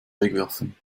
wegwerfen